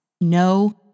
No